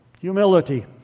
Humility